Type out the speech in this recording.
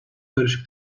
karışık